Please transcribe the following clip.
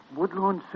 Woodlawn